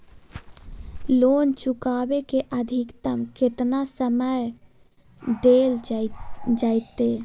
Loan चुकाबे के अधिकतम केतना समय डेल जयते?